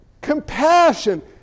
Compassion